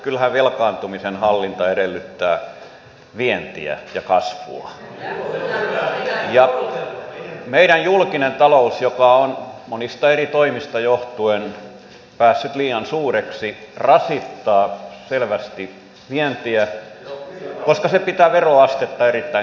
kyllähän velkaantumisen hallinta edellyttää vientiä ja kasvua ja meidän julkinen talous joka on monista eri toimista johtuen päässyt liian suureksi rasittaa selvästi vientiä koska se pitää veroastetta erittäin korkealla